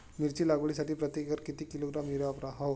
मिरची लागवडीसाठी प्रति एकर किती किलोग्रॅम युरिया वापरावा?